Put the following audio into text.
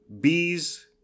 bees